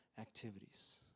activities